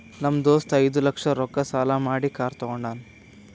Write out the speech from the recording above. ನಮ್ ದೋಸ್ತ ಐಯ್ದ ಲಕ್ಷ ರೊಕ್ಕಾ ಸಾಲಾ ಮಾಡಿ ಕಾರ್ ತಗೊಂಡಾನ್